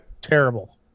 terrible